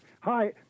Hi